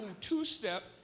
two-step